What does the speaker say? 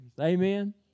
Amen